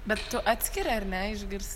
bet tu atskiri ar ne išgirs